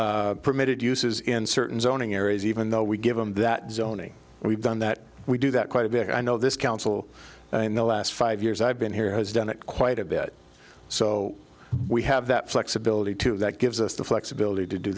permitted uses in certain zoning areas even though we give them that zoning we've done that we do that quite a bit i know this council in the last five years i've been here has done it quite a bit so we have that flexibility to that gives us the flexibility to do